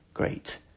great